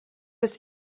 was